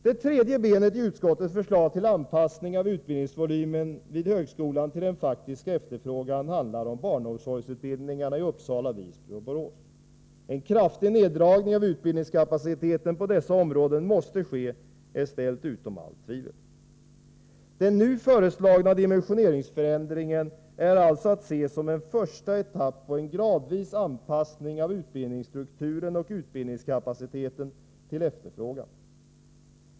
Det tredje steget i utskottets förslag till anpassning av utbildningsvolymen vid högskolan till en faktisk efterfrågan handlar om barnomsorgsutbildningarna i Uppsala, Visby och Borås. En kraftig neddragning av utbildningskapaciteten på dessa områden måste ske — det är ställt utom allt tvivel. Den nu föreslagna dimensioneringsförändringen är alltså att se som en första etapp på en gradvis anpassning av utbildningsstrukturen och utbildningskapaciteten till efterfrågan.